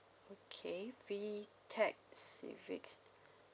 okay VTEC civics